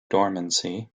dormancy